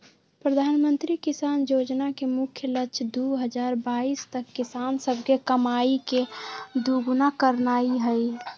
प्रधानमंत्री किसान जोजना के मुख्य लक्ष्य दू हजार बाइस तक किसान सभके कमाइ के दुगुन्ना करनाइ हइ